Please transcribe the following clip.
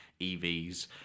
EVs